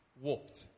walked